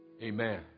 Amen